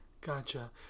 Gotcha